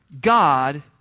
God